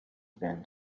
been